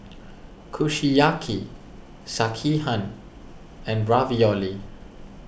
Kushiyaki Sekihan and Ravioli